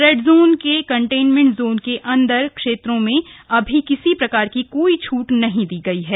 red zone के containment zone के अंदर के क्षेत्रों में अभी किसी प्रकार की कोई छूट नहीं दी गई है